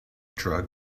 drug